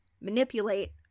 manipulate